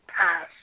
pass